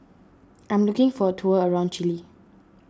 I am looking for tour around Chile